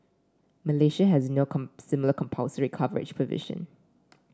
Malaysia has no similar compulsory coverage provision